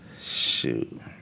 Shoot